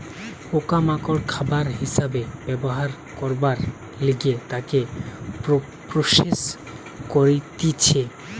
পোকা মাকড় খাবার হিসাবে ব্যবহার করবার লিগে তাকে প্রসেস করতিছে